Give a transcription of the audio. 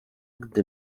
gdy